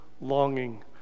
longing